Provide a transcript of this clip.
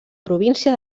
província